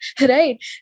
Right